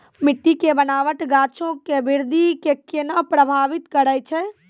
मट्टी के बनावट गाछो के वृद्धि के केना प्रभावित करै छै?